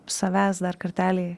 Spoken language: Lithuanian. savęs dar kartelį